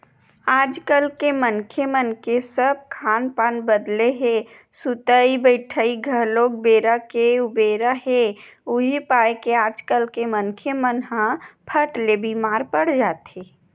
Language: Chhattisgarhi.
आजकल मनखे मन के सब खान पान बदले हे सुतई बइठई घलोक बेरा के उबेरा हे उहीं पाय के आजकल के मनखे मन ह फट ले बीमार पड़ जाथे